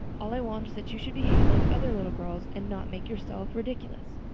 all i want is that you should behave like other little girls and not make yourself ridiculous.